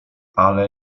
ale